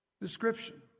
description